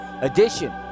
edition